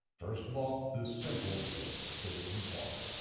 first of all, the simple obedience, the written torah.